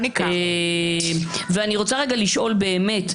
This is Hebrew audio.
אני רוצה לשאול באמת,